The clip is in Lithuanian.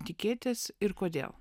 tikėtis ir kodėl